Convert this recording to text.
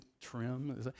trim